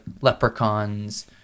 leprechauns